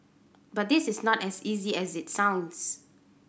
but this is not as easy as it sounds